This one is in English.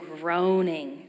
groaning